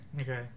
Okay